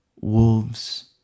wolves